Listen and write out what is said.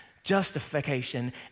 justification